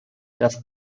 dass